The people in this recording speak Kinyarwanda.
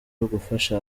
gufasha